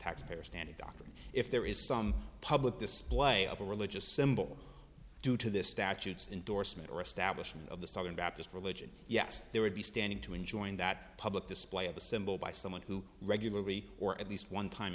taxpayer standard doctrine if there is some public display of a religious symbol due to the statutes indorsement or establishment of the southern baptist religion yes there would be standing to enjoin that public display of a symbol by someone who regularly or at least one time